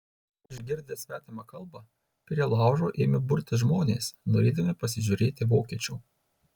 išgirdę svetimą kalbą prie laužo ėmė burtis žmonės norėdami pasižiūrėti vokiečio